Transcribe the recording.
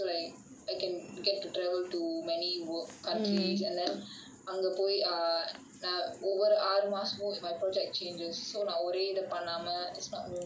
so like I can get to travel to many more country and then அங்க போய்:anga poi um I ஒவ்வொரு ஆறு மாசமும்:ovvoru aaru maasamum my project changes so நான் ஒரே இதே பண்ணாம:naan orae ithe pannaama is not